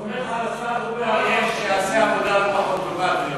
אני סומך על השר אורי אריאל שיעשה עבודה לא פחות טובה.